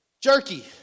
Jerky